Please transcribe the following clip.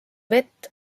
vett